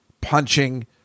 punching